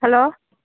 hello